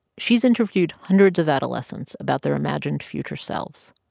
she's interviewed hundreds of adolescents about their imagined future selves.